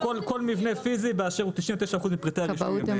כל מבנה פיזי באשר הוא דורש אישור של הכבאות.